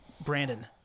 Brandon